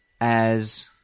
as-